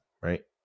right